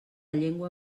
llengua